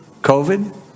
COVID